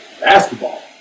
basketball